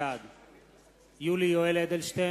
בעד יולי יואל אדלשטיין,